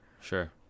sure